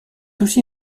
aussi